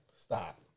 Stop